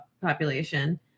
population